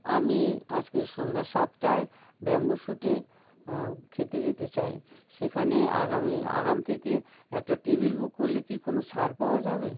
আমি আজকে সন্ধ্যা সাতটায় ব্যাম্বু শুটে খেতে যেতে চাই সেখানে আগামী আগাম থেকে একটা টেবিল বুক করলে কি কোনও ছাড় পাওয়া যাবে